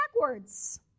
backwards